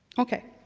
okay,